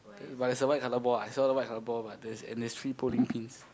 but there's a white colour ball I saw the white colour ball but there's and there's three bowling pins